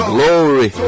glory